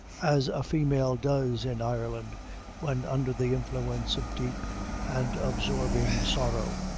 as a female does in ireland when under the influence of deep and absorbing sorrow,